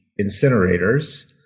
incinerators